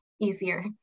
easier